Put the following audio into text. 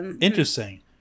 interesting